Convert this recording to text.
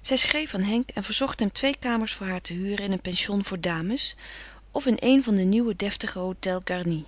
zij schreef aan henk en verzocht hem twee kamers voor haar te huren in een pension voor dames of in een der nieuwe deftige hôtels garnis